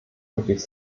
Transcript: möglich